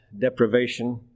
deprivation